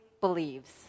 believes